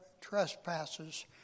trespasses